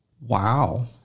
Wow